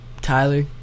Tyler